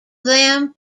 them